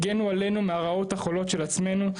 הגנו עלינו מהרעות החולות של עצמנו,